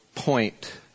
point